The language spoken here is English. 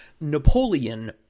Napoleon